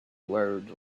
words